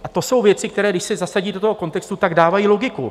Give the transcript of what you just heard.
A to jsou věci, které když se zasadí do kontextu, tak dávají logiku.